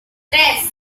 tres